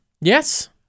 Yes